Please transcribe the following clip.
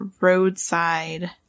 roadside